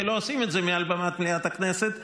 כי לא עושים את זה מעל במת מליאת הכנסת,